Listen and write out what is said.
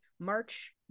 March